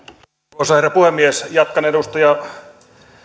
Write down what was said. arvoisa herra puhemies jatkan edustaja